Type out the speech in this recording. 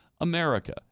America